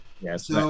yes